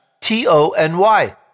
T-O-N-Y